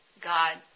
God